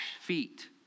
feet